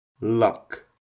Luck